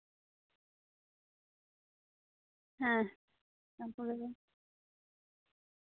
ᱦᱮᱸ ᱛᱟᱨᱯᱚᱨᱮ ᱫᱚ